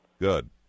Good